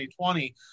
2020